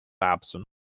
absent